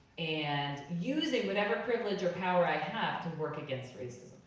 and using whatever privilege or power i have to work against racism.